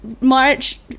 March